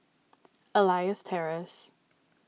Elias Terrace